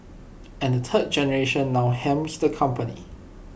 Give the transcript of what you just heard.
and the third generation now helms the company